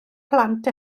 plant